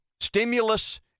stimulus